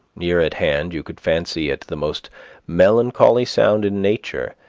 near at hand you could fancy it the most melancholy sound in nature,